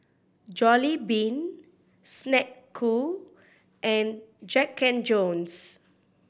Jollibean Snek Ku and Jack and Jones